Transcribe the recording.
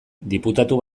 diputatu